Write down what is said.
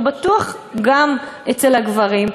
בטוח גם אצל הגברים,